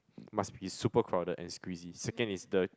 must be super crowded and squeezy second is the